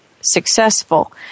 successful